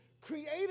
created